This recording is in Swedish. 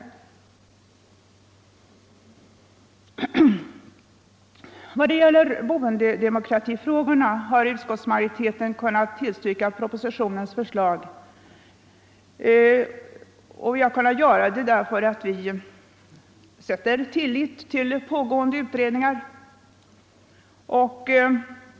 I vad gäller boendedemokratifrågorna har utskottsmajoriteten kunnat tillstyrka propositionens förslag. Vi har kunnat göra det därför att vi sätter vår tillit till pågående utredningar.